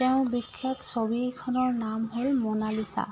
তেওঁ বিখ্যাত ছবি এখনৰ নাম হ'ল ম'নালিচা